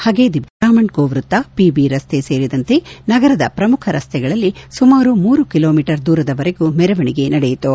Hagedibba circle Ram and co ವ್ಯತ್ತ PB ರಸ್ತೆ ಸೇರಿದಂತೆ ನಗರದ ಪ್ರಮುಖ ರಸ್ತೆಗಳಲ್ಲಿ ಸುಮಾರು ಮೂರು ಕಿಲೋಮೀಟರ್ ದೂರದವರೆಗೂ ಮೆರವಣಿಗೆ ನಡೆಯಿತು